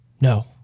no